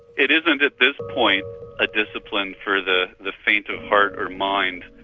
it isn't at this point a discipline for the the faint of heart or mind.